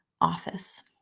office